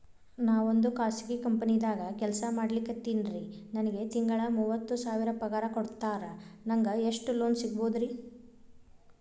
ನಾವೊಂದು ಖಾಸಗಿ ಕಂಪನಿದಾಗ ಕೆಲ್ಸ ಮಾಡ್ಲಿಕತ್ತಿನ್ರಿ, ನನಗೆ ತಿಂಗಳ ಮೂವತ್ತು ಸಾವಿರ ಪಗಾರ್ ಕೊಡ್ತಾರ, ನಂಗ್ ಎಷ್ಟು ಲೋನ್ ಸಿಗಬೋದ ರಿ?